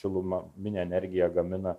šiluma mini energiją gamina